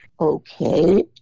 okay